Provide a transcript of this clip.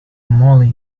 moly